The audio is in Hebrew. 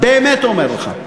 באמת אומר לך,